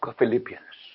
Philippians